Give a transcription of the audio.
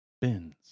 Bins